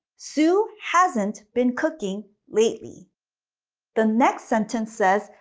sue hasn't been cooking lately the next sentence says,